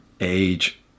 age